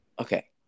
Okay